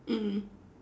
mm